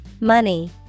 Money